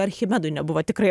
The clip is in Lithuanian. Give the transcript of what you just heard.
archimedui nebuvo tikrai